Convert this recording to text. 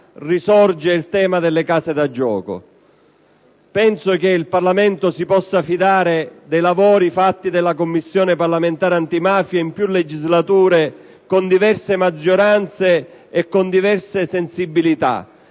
riemerge il tema delle case da gioco. Penso però che il Parlamento si possa fidare dei lavori svolti dalla Commissione parlamentare antimafia nel corso di più legislature, con diverse maggioranze e diverse sensibilità.